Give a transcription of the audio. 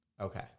Okay